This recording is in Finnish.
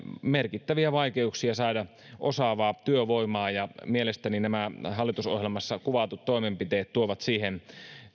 merkittäviä vaikeuksia saada osaavaa työvoimaa ja mielestäni nämä hallitusohjelmassa kuvatut toimenpiteet tuovat siihen